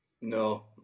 No